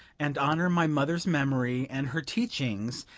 and honor my mother's memory and her teachings,